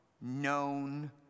known